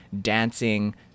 dancing